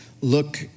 look